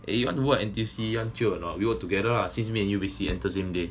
eh you want to work ntuc you want jio or not we work together ah just me and you we enter same day